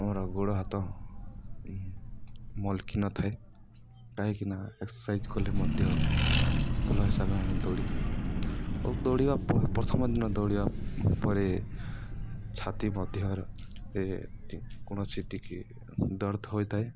ଆମର ଗୋଡ଼ ହାତ ମଲ୍କି ନଥାଏ କାହିଁକିନା ଏକ୍ସସାଇଜ୍ କଲେ ମଧ୍ୟ ଭଲ ହିସାବରେ ଆମେ ଦୌଡ଼ିଥାଉ ଓ ଦୌଡ଼ିବା ପ୍ରଥମ ଦିନ ଦୌଡ଼ିବା ପରେ ଛାତି ମଧ୍ୟରେ କୌଣସି ଟିକେ ଦର୍ଦ ହୋଇଥାଏ